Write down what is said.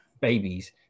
babies